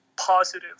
positive